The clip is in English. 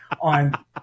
on